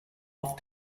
off